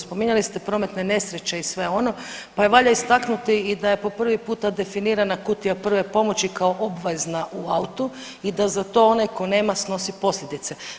Spominjali ste prometne nesreće i sve ono pa valja istaknuti i da je po prvi puta definirana kutija prve pomoći kao obvezna u autu i da za to onaj tko nema snosi posljedice.